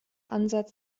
ansatz